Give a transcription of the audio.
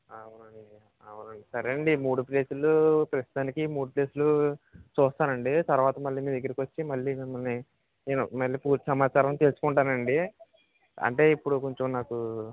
అవునండి అవునండి సరేనండి మూడు ప్లేసులు ప్రస్తుతానికి మూడు ప్లేసులు చూస్తానండి తరువాత మళ్ళీ మీ దగ్గరకి వచ్చి మళ్ళీ మిమ్మల్ని నేను మళ్ళీ పూర్తి సమాచారం తెలుసుకుంటాను అండి అంటే ఇప్పుడు కొంచెం నాకు